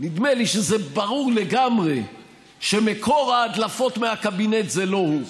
נדמה לי שזה ברור לגמרי שמקור ההדלפות מהקבינט זה לא הוא.